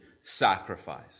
sacrifice